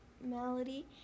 Melody